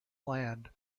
land